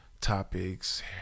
topics